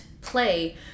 play